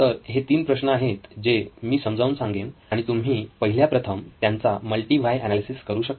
तर हे तीन प्रश्न आहेत जे मी समजावून सांगेल आणि तुम्ही पहिल्या प्रथम त्यांचा मल्टी व्हाय एनालिसिस करू शकता